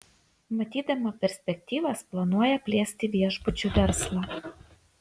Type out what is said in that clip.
matydama perspektyvas planuoja plėsti viešbučių verslą